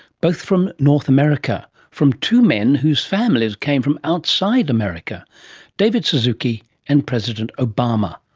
both from north america, from two men whose families came from outside america david suzuki and president obama.